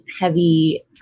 heavy